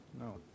No